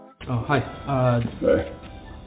Hi